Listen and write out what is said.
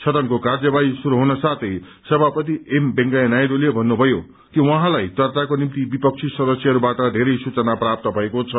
सदनको कार्यवाही शुरू हुनसाथै सभापति एम वेंकैया नायडूले भन्नुभयो कि उहाँलाई चर्चाको निम्ति विपक्षी सदस्यहरूबाट धेरै सूचना प्राप्त भएको छ